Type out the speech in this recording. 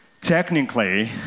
technically